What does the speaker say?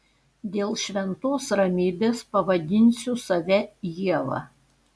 dėl šventos ramybės pavadinsiu save ieva